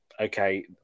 okay